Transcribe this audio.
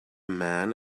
man